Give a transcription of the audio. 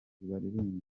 baririmba